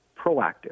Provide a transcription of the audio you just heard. proactive